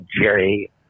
Jerry